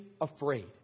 afraid